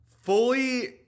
fully